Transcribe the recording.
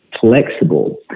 flexible